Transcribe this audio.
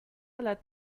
let